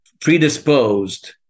predisposed